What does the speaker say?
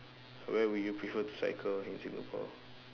where would you prefer to cycle in Singapore